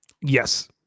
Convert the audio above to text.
yes